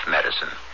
Medicine